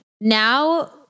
now